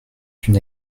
une